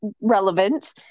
relevant